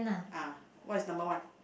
ah what is number one